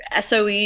SOE